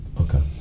okay